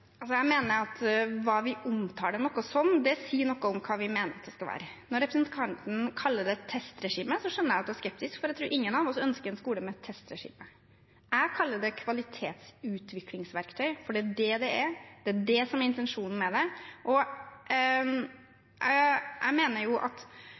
Jeg mener at hva vi omtaler noe som, sier noe om hva vi mener det skal være. Når representanten kaller det testregime, skjønner jeg at hun er skeptisk, for jeg tror ingen av oss ønsker en skole med testregime. Jeg kaller det kvalitetsutviklingsverktøy, for det er det det er. Det er det som er intensjonen med det. Jeg mener at hvis vi i dag skulle avskaffet nasjonale prøver, hadde det betydd at